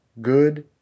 good